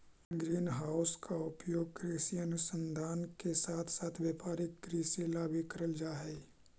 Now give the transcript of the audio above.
green house का उपयोग कृषि अनुसंधान के साथ साथ व्यापारिक कृषि ला भी करल जा हई